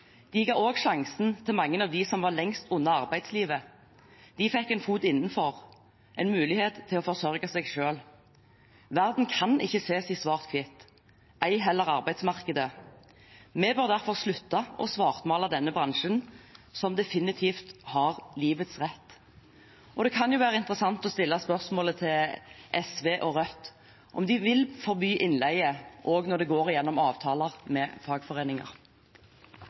De ga også sjansen til mange av dem som var lengst unna arbeidslivet. De fikk en fot innenfor, en mulighet til å forsørge seg selv. Verden kan ikke ses i svart-hvitt, ei heller arbeidsmarkedet. Vi bør derfor slutte å svartmale denne bransjen, som definitivt har livets rett. Det kan jo være interessant å stille spørsmålet til SV og Rødt om de vil forby innleie også når det går gjennom avtaler med fagforeninger.